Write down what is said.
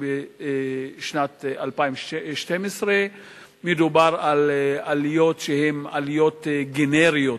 בשנת 2012. מדובר על עליות שהן עליות גנריות,